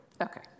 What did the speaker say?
okay